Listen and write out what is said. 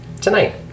tonight